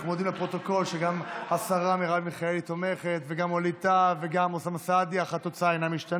אני קובע כי הצעת החוק עברה בקריאה הטרומית ותעבור להמשך